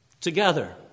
together